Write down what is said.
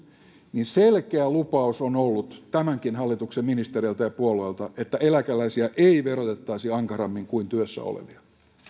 niin selkeä lupaus on ollut tämänkin hallituksen ministereiltä ja puolueilta että eläkeläisiä ei verotettaisi ankarammin kuin työssä olevia